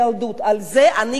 על זה אני גדלתי.